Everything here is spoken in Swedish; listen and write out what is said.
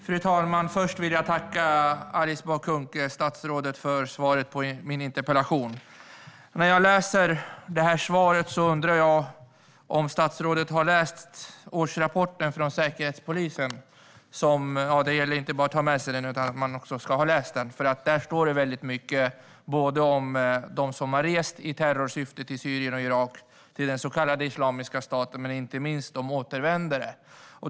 Fru talman! Först vill jag tacka statsrådet Alice Bah Kuhnke för svaret på min interpellation. När jag läser svaret undrar jag om statsrådet har läst årsrapporten från Säkerhetspolisen - det gäller inte bara att ha med sig rapporten, utan man ska också ha läst den. Där står mycket, både om dem som i terrorsyfte har rest till Syrien och Irak - till den så kallade Islamiska staten - och om återvändare.